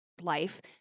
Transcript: life